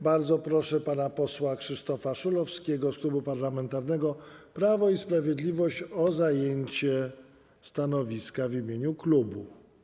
Bardzo proszę pana posła Krzysztofa Szulowskiego z Klubu Parlamentarnego Prawo i Sprawiedliwość o zajęcie stanowiska w imieniu klubu.